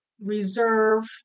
reserve